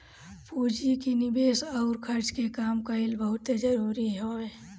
पूंजी के निवेस अउर खर्च के काम कईल बहुते जरुरी हवे